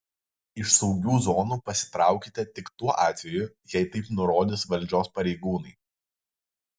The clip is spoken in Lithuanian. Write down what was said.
iš saugių zonų pasitraukite tik tuo atveju jei taip nurodys valdžios pareigūnai